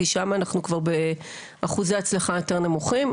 כי שם אנחנו כבר באחוזי הצלחה יותר נמוכים.